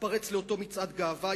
התפרץ לאותו מצעד גאווה,